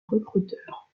recruteurs